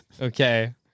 Okay